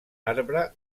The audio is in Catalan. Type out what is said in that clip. arbre